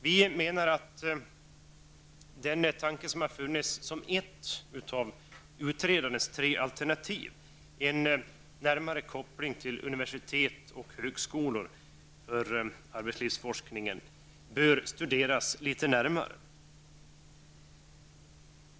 Vi menar att den tanke som har funnits som ett av utredarens tre alternativ, en närmare koppling av arbetslivsforskningen till universitet och högskolor, bör studeras litet närmare.